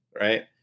Right